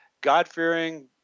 God-fearing